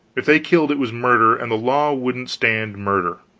if they killed, it was murder, and the law wouldn't stand murder.